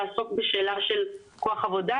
לעסוק בשאלה של כוח עבודה,